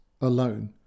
alone